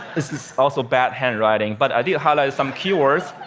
this is also bad handwriting, but i did highlight some key words.